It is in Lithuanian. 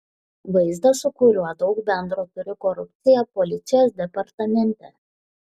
vaizdą su kuriuo daug bendro turi korupcija policijos departamente